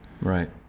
Right